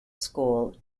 school